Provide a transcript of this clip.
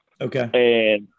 Okay